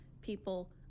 people